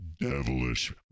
devilish